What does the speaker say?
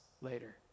later